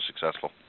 successful